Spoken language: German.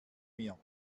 mir